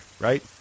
right